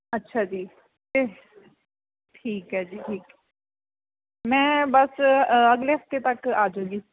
ਅੱਛਾ ਜੀ ਅਤੇ ਠੀਕ ਹੈ ਜੀ ਠੀਕ ਮੈਂ ਬਸ ਅਗਲੇ ਹਫਤੇ ਤੱਕ ਆ ਜੂੰਗੀ